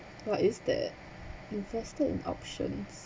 what is the invested in options